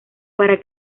para